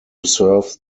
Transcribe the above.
serve